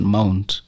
Mount